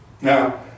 Now